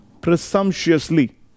presumptuously